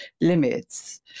limits